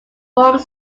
forms